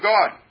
God